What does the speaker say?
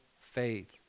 faith